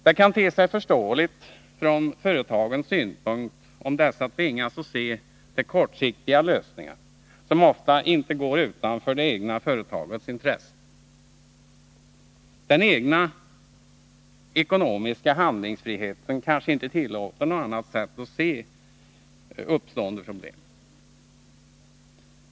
Det kan te sig förståeligt från företagens synpunkt om dessa tvingas se till kortsiktiga lösningar som ofta inte går utanför det egna företagets intressen. Den egna ekonomiska handlingsfriheten kanske inte tillåter något annat sätt att se uppstående problem.